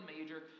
major